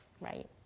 right